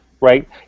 right